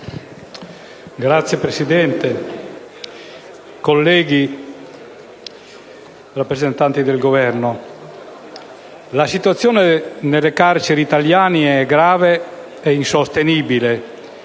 Signora Presidente, colleghi, rappresentanti del Governo, la situazione nelle carceri italiane è grave e insostenibile,